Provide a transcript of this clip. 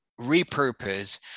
repurpose